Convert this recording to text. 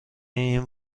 این